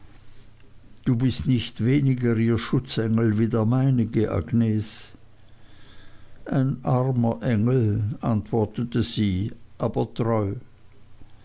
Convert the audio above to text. du bist nicht weniger ihr schutzengel wie der meinige agnes ein armer engel antwortete sie aber treu